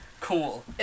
Cool